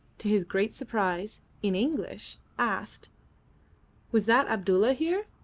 to his great surprise, in english, asked was that abdulla here?